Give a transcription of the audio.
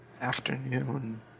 Afternoon